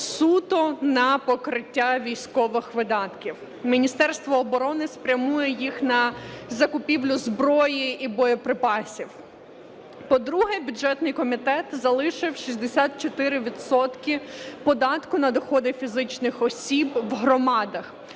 суто на покриття військових видатків. Міністерство оборони спрямує їх на закупівлю зброї і боєприпасів. По-друге, бюджетний комітет залишив 64 відсотки податку на доходи фізичних осіб в громадах